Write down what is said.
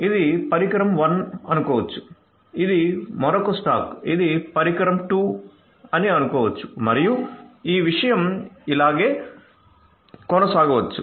ఇది పరికరం 1 అని చెప్పనివ్వండి ఇది మరొక స్టాక్ ఇది పరికరం 2 అని చెప్పనివ్వండి మరియు ఈ విషయం ఇలాగే కొనసాగవచ్చు